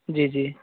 جی جی